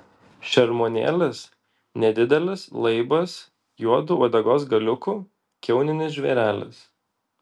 šermuonėlis nedidelis laibas juodu uodegos galiuku kiauninis žvėrelis